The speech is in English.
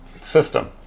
System